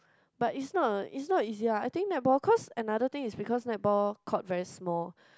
but is not a is not easy ah I think netball cause another thing is because netball court very small